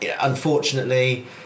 unfortunately